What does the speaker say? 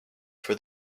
for